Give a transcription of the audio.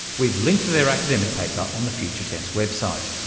we've linked to their academic paper on the future tense website.